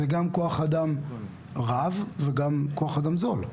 זה גם כוח אדם רב, וגם כוח אדם זול.